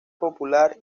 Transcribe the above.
popular